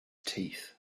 teeth